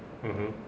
(uh huh)